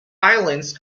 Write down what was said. islands